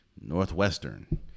Northwestern